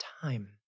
time